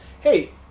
hey